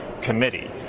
committee